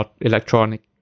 electronic